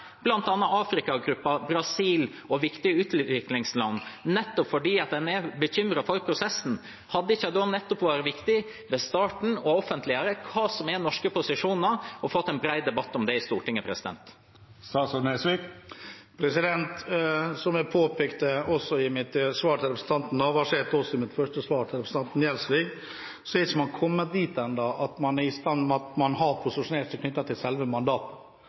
Brasil og viktige utviklingsland, nettopp fordi en er bekymret for prosessen. Hadde det ikke da nettopp vært viktig ved starten å offentliggjøre hva som er norske posisjoner, og fått en bred debatt om det i Stortinget? Som jeg påpekte i mitt svar til representanten Navarsete og i mitt første svar til representanten Gjelsvik, er man ikke kommet dit ennå at man har posisjonert seg med hensyn til selve mandatet. Når det gjelder posisjoneringen og selve